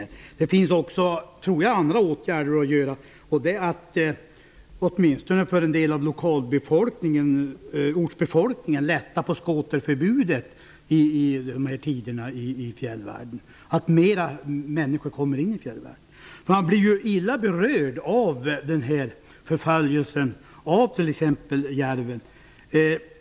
Troligen finns det också andra åtgärder att vidta som att lätta på skoterförbudet åtminstone för en del av ortsbefolkningen i fjällvärlden så att fler människor kommer in i fjällvärlden. Man blir ju illa berörd av förföljelsen av t.ex. järven.